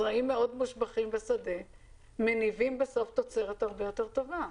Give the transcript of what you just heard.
זרעים מושבחים בשדה מניבים בסוף תוצרת הרבה יותר טובה.